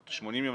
או 80 יום,